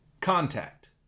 Contact